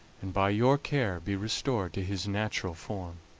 and by your care be restored to his natural form.